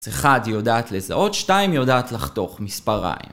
אז אחד יודעת לזהות, שתיים יודעת לחתוך מספריים.